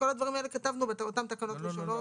הדברים האלה כתבנו באותן תקנות ראשונות.